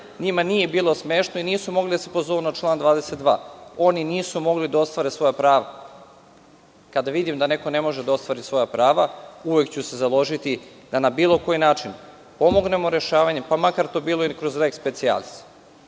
Njima nije bilo smešno i nisu mogli da se pozovu na član 22. Oni nisu mogli da ostvare svoja prava. Kada vidim da neko ne može da ostvari svoja prava uvek ću se založiti da na bilo koji način pomognemo rešavanjem, pa makar to bilo i kroz „lex specialis“.Da